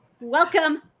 Welcome